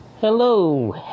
Hello